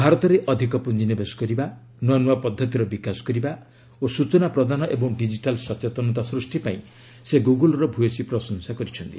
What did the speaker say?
ଭାରତରେ ଅଧିକ ପୁଞ୍ଜିନିବେଶ କରିବା ନୂଆ ନୂଆ ପଦ୍ଧତିର ବିକାଶ କରିବା ଓ ସ୍ବଚନା ପ୍ରଦାନ ଏବଂ ଡିକିଟାଲ୍ ସଚେତନତା ସୃଷ୍ଟି ପାଇଁ ସେ ଗୁଗୁଲର ଭୟସୀ ପ୍ରଶଂସା କରିଛନ୍ତି